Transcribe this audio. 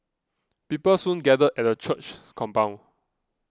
people soon gathered at the church's compound